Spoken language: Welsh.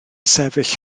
sefyll